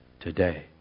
today